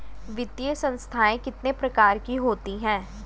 वित्तीय संस्थाएं कितने प्रकार की होती हैं?